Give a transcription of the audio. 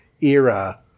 era